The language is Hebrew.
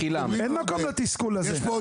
אין מקום לתסכול הזה.